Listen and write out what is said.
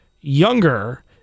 younger